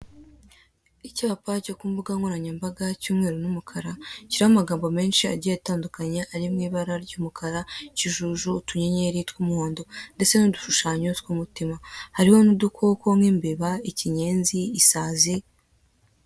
Icyapa cyo kumbuga nkoranyambaga cy'umweru n'umukara, kirimo amagambo menshi agiye atandukanye ari mu ibara ry'umukara, ikijuju, utunyenyeri tw'umuhondo, ndetse n'udushushanyo tw'umutima. Hariho n'udukoko nk'imbeba, ikinyenzi, isazi.